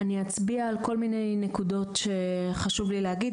אני אצביע על כל מיני נקודות שחשוב לי להגיד,